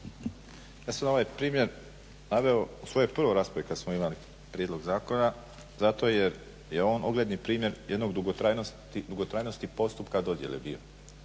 Ja sam ovaj primjer naveo u svojoj prvoj raspravi kad smo imali prijedlog zakona zato jer je on ogledni primjer jednog dugotrajnosti postupka dodjele bio.